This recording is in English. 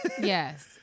Yes